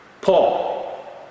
Paul